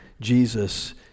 Jesus